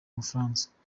bufaransa